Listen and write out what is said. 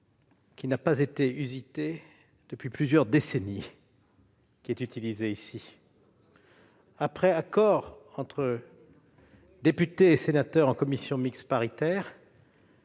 non usitée depuis plusieurs décennies qui est utilisée aujourd'hui. Après accord entre députés et sénateurs en commission mixte paritaire,